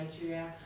Nigeria